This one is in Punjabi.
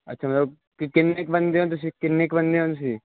ਅੱਛਾ ਮਤਲਬ ਕਿੰਨੇ ਕੁ ਬੰਦੇ ਹੋ ਤੁਸੀਂ ਕਿੰਨੇ ਕੁ ਬੰਦੇ ਹੋ ਤੁਸੀਂ